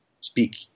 speak